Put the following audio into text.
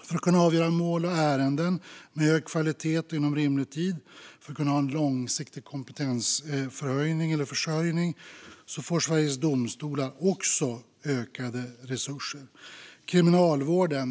För att kunna avgöra mål och ärenden med hög kvalitet och inom rimlig tid och för att ha en långsiktig kompetensförsörjning får Sveriges domstolar också ökade resurser.